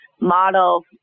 model